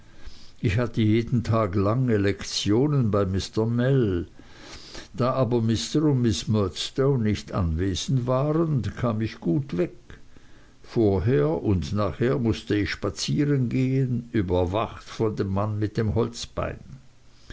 ich hatte jeden tag lange lektionen bei mr mell da aber mr und miß murdstone nicht anwesend waren kam ich gut weg vor und nachher mußte ich spazieren gehen überwacht von dem mann mit dem holzbein